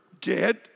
dead